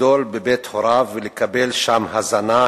לגדול בבית הוריו ולקבל שם הזנה,